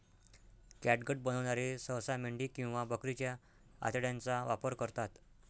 catgut बनवणारे सहसा मेंढी किंवा बकरीच्या आतड्यांचा वापर करतात